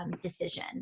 decision